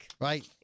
Right